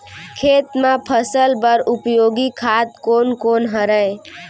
खेत म फसल बर उपयोगी खाद कोन कोन हरय?